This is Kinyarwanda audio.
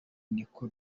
niko